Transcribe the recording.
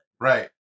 Right